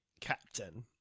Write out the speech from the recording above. captain